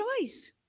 choice